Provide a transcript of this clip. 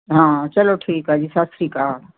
ਹਾਂ ਚਲੋ ਠੀਕ ਆ ਜੀ ਸਤਿ ਸ਼੍ਰੀ ਅਕਾਲ